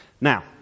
Now